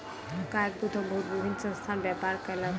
गाय दूधक बहुत विभिन्न संस्थान व्यापार कयलक